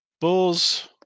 Bulls